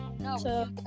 No